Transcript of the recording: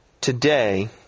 Today